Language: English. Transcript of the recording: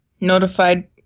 notified